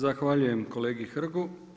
Zahvaljujem kolegi Hrgu.